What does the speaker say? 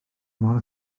mor